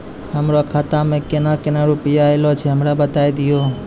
हमरो खाता मे केना केना रुपैया ऐलो छै? हमरा बताय लियै?